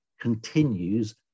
continues